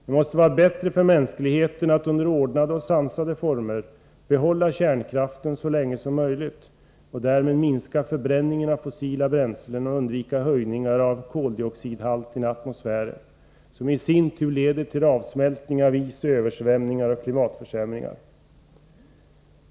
Det måste vara bättre för mänskligheten att under ordnade och sansade former behålla kärnkraften så länge som möjligt och därmed minska förbränningen av fossila bränslen och undvika höjningar av koldioxidhalten i atmosfären, som i sin tur leder till avsmältning av is, översvämningar och klimatförsämringar.